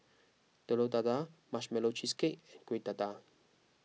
Telur Dadah Marshmallow Cheesecake and Kueh Dadar